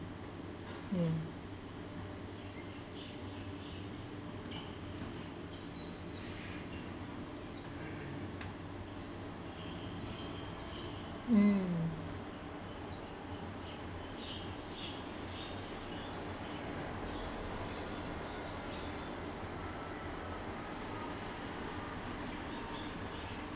mm mm